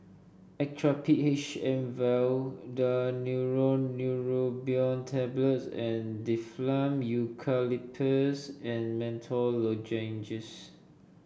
Actrapid H M vial Daneuron Neurobion Tablets and Difflam Eucalyptus and Menthol Lozenges